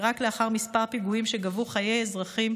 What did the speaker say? ורק לאחר כמה פיגועים שגבו חיי אזרחים,